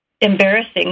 embarrassing